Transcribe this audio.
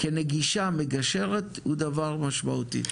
כנגישה מגשרת, הוא דבר משמעותי.